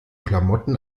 klamotten